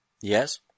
Yes